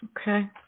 Okay